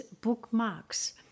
bookmarks